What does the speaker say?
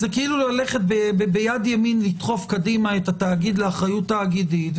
כאילו ביד ימין לדחוף קדימה את התאגיד לאחריות תאגידית,